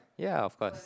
yeah of course